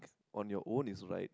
on your own is right